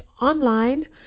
online